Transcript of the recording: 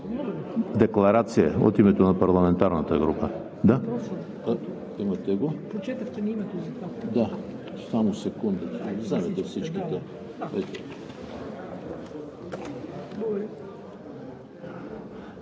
Декларация от името на парламентарна група.